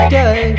day